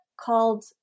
called